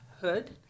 Hood